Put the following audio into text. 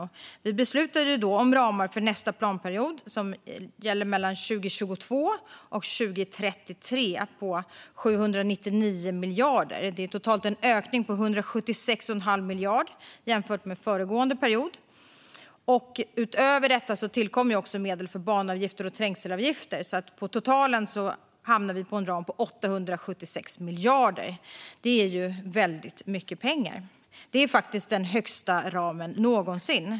Det beslutades då om ramar för nästa planperiod, 2022-2033, på 799 miljarder. Det är totalt en ökning med 176 1⁄2 miljard jämfört med föregående period. Utöver detta tillkommer medel för banavgifter och trängselavgifter, så på totalen hamnar vi på en ram på 876 miljarder. Det är ju väldigt mycket pengar. Det är faktiskt den högsta summan i ramen någonsin.